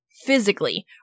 physically